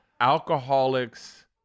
Alcoholics